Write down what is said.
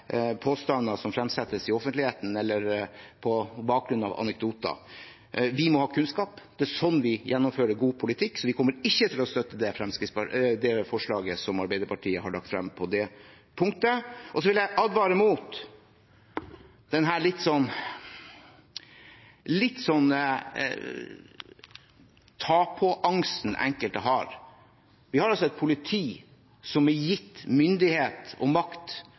påstander som fremsettes i offentligheten eller på bakgrunn av anekdoter. Vi må ha kunnskap, det er slik vi gjennomfører god politikk. Vi kommer ikke til å støtte forslaget som Arbeiderpartiet har lagt frem på det punktet. Så vil jeg advare mot denne litt ta-på-angsten som enkelte har. Vi har et politi som er gitt myndighet og makt,